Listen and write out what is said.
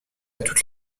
toutes